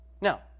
Now